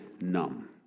numb